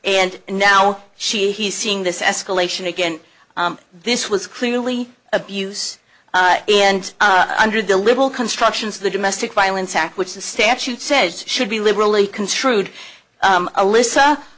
and now she he's seeing this escalation again this was clearly abuse and under the liberal constructions of the domestic violence act which the statute says should be liberally construed alyssa